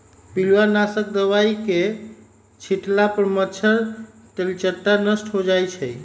पिलुआ नाशक दवाई के छिट्ला पर मच्छर, तेलट्टा नष्ट हो जाइ छइ